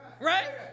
Right